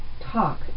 talk